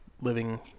living